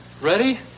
ready